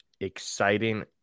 exciting